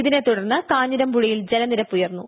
ഇതിനെത്തുടർന്ന് കാഞ്ഞിരപ്പുഴയിൽ ജലനിരപ്പ് ഉയർന്നു